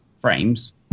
frames